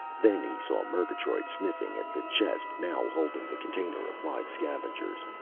then he saw murgatroyd sniffing at the chest now holding the container of live scavengers.